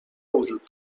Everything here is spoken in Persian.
وجود